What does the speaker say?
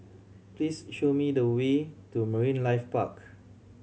please show me the way to Marine Life Park